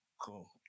cool